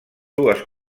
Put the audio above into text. dues